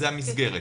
זאת המסגרת.